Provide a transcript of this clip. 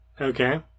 Okay